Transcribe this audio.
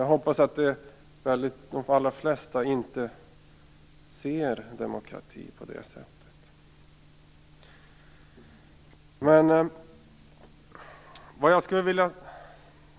Jag hoppas att de flesta inte ser demokrati på det sättet.